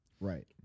Right